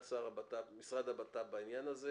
ברירת המחדל היא ששרת המשפטים קובעת את זה.